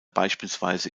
beispielsweise